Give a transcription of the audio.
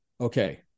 Okay